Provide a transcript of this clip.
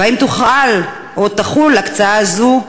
2. האם תחול הקצאה זו?